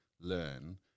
learn